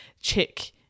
check